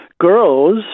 girls